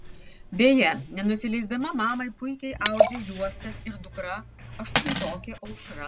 beje nenusileisdama mamai puikiai audžia juostas ir dukra aštuntokė aušra